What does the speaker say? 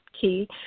key